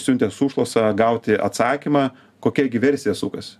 siuntęs užklausą gauti atsakymą kokia gi versija sukasi